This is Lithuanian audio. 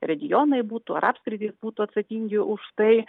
regionai būtų ar apskritai būtų atsakingi už tai